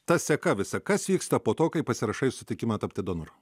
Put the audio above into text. ta seka visa kas vyksta po to kai pasirašai sutikimą tapti donoru